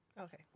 Okay